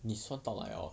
你算到来 hor